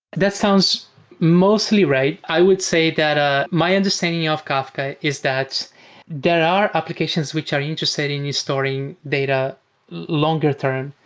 that sounds mostly right. i would say that ah my understanding of kafka is that there are applications which are interested in storing data longer term,